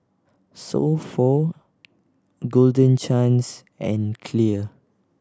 So Pho Golden Chance and Clear